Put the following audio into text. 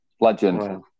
Legend